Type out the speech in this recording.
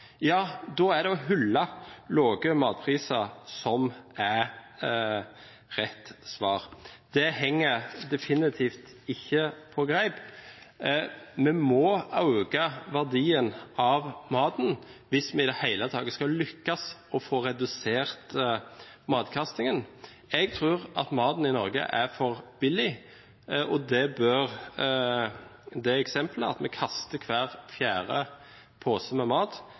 er det det å hylle lave matpriser som er rett svar? Det henger definitivt ikke på greip. Vi må øke verdien av maten hvis vi i det hele tatt skal lykkes med å få redusert kastingen av mat. Jeg tror at maten i Norge er for billig, og det bør eksemplet med at vi kaster hver fjerde pose med mat,